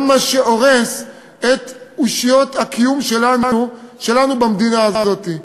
גם מה שהורס את אושיות הקיום שלנו במדינה הזאת.